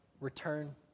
return